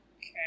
Okay